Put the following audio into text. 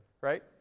right